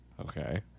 Okay